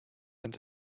and